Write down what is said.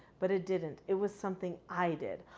but it didn't. it was something i did.